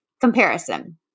comparison